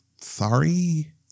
Sorry